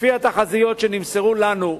לפי התחזיות שנמסרו לנו,